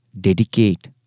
dedicate